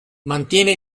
mantiene